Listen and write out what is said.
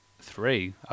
three